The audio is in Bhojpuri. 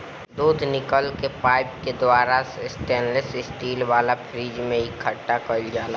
दूध निकल के पाइप के द्वारा स्टेनलेस स्टील वाला फ्रिज में इकठ्ठा कईल जाला